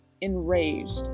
enraged